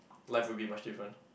life would be much different